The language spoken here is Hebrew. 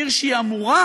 עיר שאמורה,